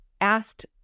asked